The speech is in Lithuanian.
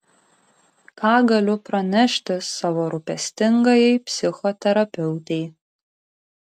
ką galiu pranešti savo rūpestingajai psichoterapeutei